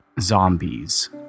Zombies